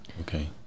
Okay